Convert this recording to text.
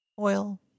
oil